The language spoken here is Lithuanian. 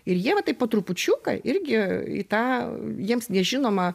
ir jie va taip po trupučiuką irgi į tą jiems nežinomą